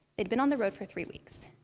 they'd been on the road for three weeks.